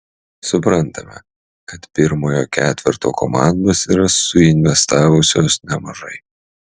suprantame kad pirmojo ketverto komandos yra suinvestavusios nemažai